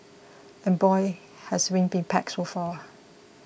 and boy has been be packed so far